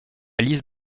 lise